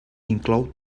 inclou